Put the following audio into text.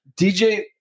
DJ